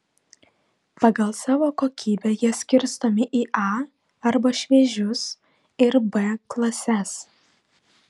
pagal savo kokybę jie skirstomi į a arba šviežius ir b klases